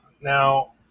Now